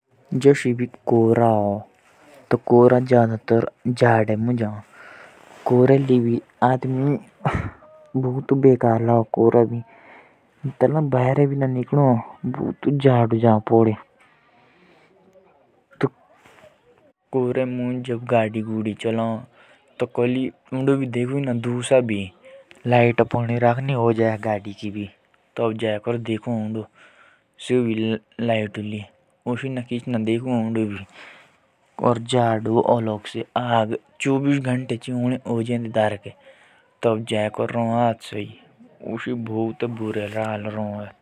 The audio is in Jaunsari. जो खोर भी हो सेओ धुंद और धूआं से मिलकोरी रो बजे। खोर मुझे बीमार भी पड़ो है और एतुलिया गाड़ी चलाने मुझे भी मुश्किल हो। खोर जदातर जादे मुझे हो।